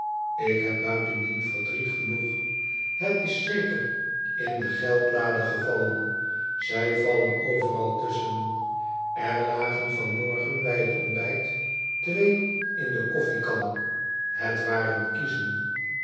ik heb buitendien verdriet genoeg hij is zeker in de geldlade gevallen zij vallen overal tusschen er lagen van morgen bij het ontbijt twee in de koffiekan het waren kiezen